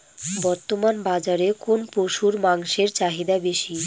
বর্তমান বাজারে কোন পশুর মাংসের চাহিদা বেশি?